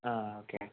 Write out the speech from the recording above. ആ ഓക്കേ